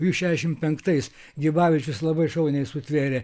jų šešiasdešimt penktais gibavičius labai šauniai sutvėrė